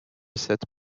cette